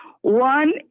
One